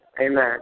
Amen